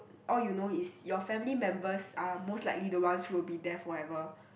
all you know is your family members are most likely the ones who will be there forever